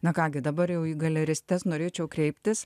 na ką gi dabar jau į galeristes norėčiau kreiptis